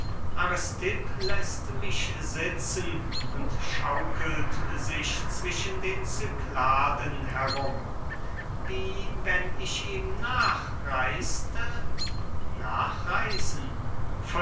läßt mich sitzen und schaukelt sich zwischen den cykladen herum wie wenn ich ihm nachreiste nachreisen